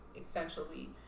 essentially